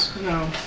No